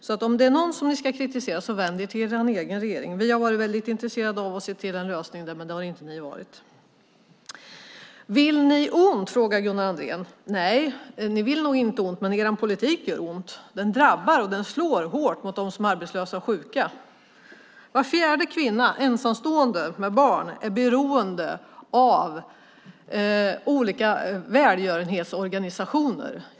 Om det är någon ni ska kritisera så vänd er till er egen regering. Vi har varit intresserade av att få se en lösning, men det har inte ni varit. Gunnar Andrén frågar om vi vill ont. Nej, ni vill nog inte ont, men er politik gör ont. Den drabbar och slår hårt mot dem som är arbetslösa och sjuka. Var fjärde ensamstående kvinna med barn är beroende av olika välgörenhetsorganisationer.